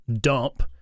dump